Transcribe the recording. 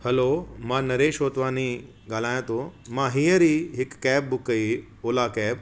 hello मां नरेश वतवानी ॻाल्हायां थो मां हीअंर ई हिकु कैब बुक कई हुई ओला कैब